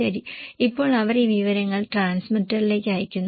ശരി ഇപ്പോൾ അവർ ഈ വിവരങ്ങൾ ട്രാൻസ്മിറ്ററിലേക്ക് അയയ്ക്കുന്നു